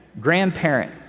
grandparent